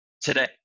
today